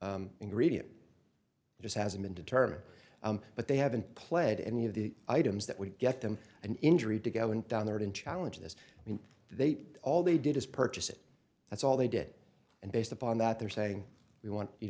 ingredient just hasn't been determined but they haven't played any of the items that would get them an injury to go in down the road and challenge this i mean they all they did is purchase it that's all they did and based upon that they're saying we want you